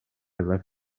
left